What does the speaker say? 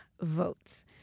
votes